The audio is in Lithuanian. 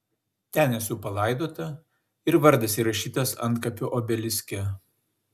ten esu palaidota ir vardas įrašytas antkapio obeliske